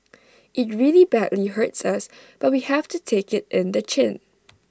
IT really badly hurts us but we have to take IT in the chin